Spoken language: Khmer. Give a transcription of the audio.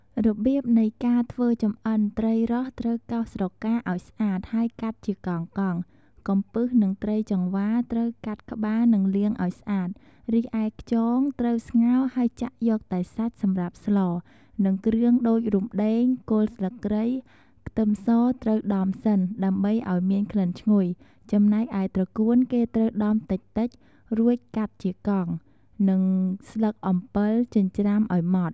របៀបនៃការធ្វើចម្អិន ត្រីរ៉ស់ត្រូវកោសស្រកាឱ្យស្អាតហើយកាត់ជាកង់ៗ កំពឹសនិងត្រីចង្វាត្រូវកាត់ក្បាលនិងលាងឱ្យស្អាត រីឯខ្យងត្រូវស្ងោរហើយចាក់យកតែសាច់សម្រាប់ស្ល និងគ្រឿងដូចរំដេង គល់ស្លឹកគ្រៃ ខ្ទឹមសត្រូវដំសិន ដើម្បីឱ្យមានក្លិនឈ្ងុយ ចំណែកឯត្រកួនគេត្រូវដំតិចៗរួចកាត់ជាកង់ និងស្លឹកអំពិលចិញ្រ្ចាំឱ្យម៉ដ្ឋ។